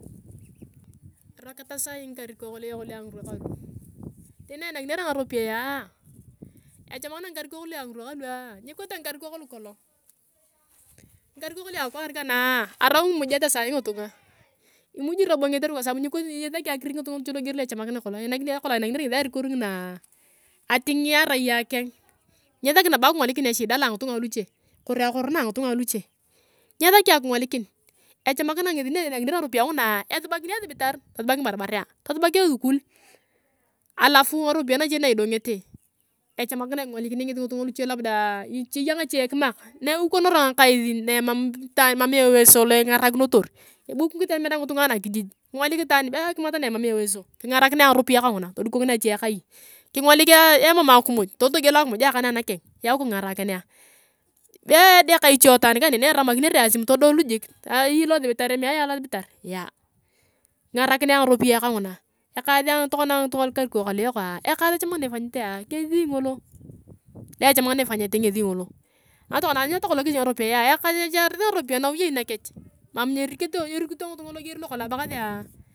Aroketa sasi ngikarikok luyok luo ngirwa kalu. Tani na einakinere ngaropiyaea echamakina ngikarikok lua ngirwa kalua niote ngikarikok lukolong. Ngikarikor lua akwaar kanaa arau imujeta saii nyitunmga. Imuji robo ngesi kotere nyesaki akirik ngitunga luche logier lo echamikina kolong nakolong ainakia ngesi arikour ngina, atinginya ari akeng nyesaki nabo akingolikia eshida loa ngifunga aluche kori akoro na angitunga aluche, nyesaki akingolikir echamikina ngesi na einakinere ngaropiyae ngunaa esabakini esibitar tosubak ngibarbarea, tosubak esukul alu ngarapiyae nache na idongefu echamikina ingolikinea ngesi ngitunga luche labda eya ngache kimak na eukonoro ngakais na emam itaan mam eweso io ingaraki notor bu kitembenak ngitunga anakijiji. Kingolik itaam be akimat na emam euweso, kingarakinea angarapiyae kanguna todukokinea ache kai. Kingolik itaan be akimat na emam euwaso, kingarakinea, be edeka iche taan kane na eramakinere asim, todolu jik be eyei losibitar kime ayea losibitar yae kingarakinea angaropiyae kanguna. Ekaas tokona angitunga a lukarikok aluyokea ekaas echamikina ipanyetea ngesi ngolo lo echamikina ipanyete ngesi ngolo. Ntakona anyuneta kolong kech ngaropiyaea ekachasi ngaropiyae nauyei nakech mam nyerikito ngitunga lo gier lokolong abasea.